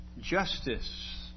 justice